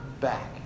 back